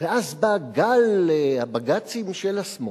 בא גל הבג"צים של השמאל,